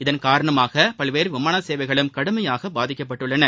இதன் காரணமாக பல்வேறு விமான சேவைகளும் கடுமையாக பாதிக்கப்பட்டுள்ளன